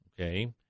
Okay